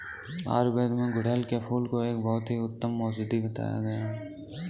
आयुर्वेद में गुड़हल के फूल को एक बहुत ही उत्तम औषधि बताया गया है